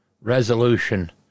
resolution